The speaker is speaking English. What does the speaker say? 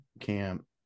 camp